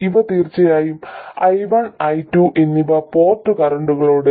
ഇവ തീർച്ചയായും i1 i2 എന്നീ പോർട്ട് കറന്റുകളാണ്